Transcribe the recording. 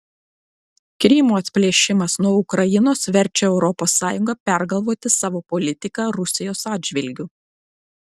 krymo atplėšimas nuo ukrainos verčia europos sąjungą pergalvoti savo politiką rusijos atžvilgiu